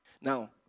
Now